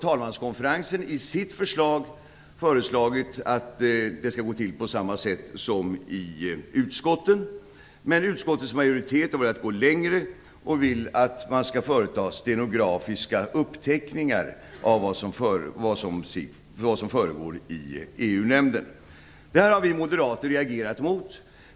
Talmanskonferensen har föreslagit att den skall gå till på samma sätt som i utskotten. Men utskottets majoritet har velat gå längre och vill att man skall företa stenografiska uppteckningar av vad som föregår i EU-nämnden. Det har vi moderater reagerat mot.